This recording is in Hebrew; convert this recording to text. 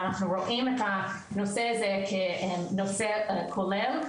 אנחנו רואים את הנושא הזה כנושא כולל,